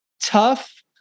tough